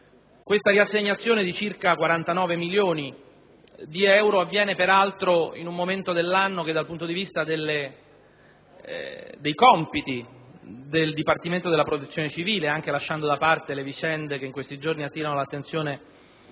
La riassegnazione di circa 49 milioni di euro avviene, peraltro, in un momento dell'anno che, dal punto di vista dei compiti del Dipartimento della protezione civile, pur lasciando da parte le vicende della Campania che in questi giorni attirano l'attenzione di